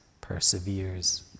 perseveres